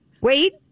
wait